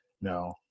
No